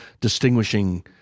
distinguishing